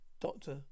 Doctor